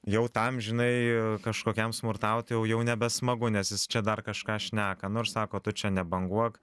jau tam žinai kažkokiam smurtautojui jau jau nebesmagu nes jis čia dar kažką šneka nu ir sako tu čia nebanguok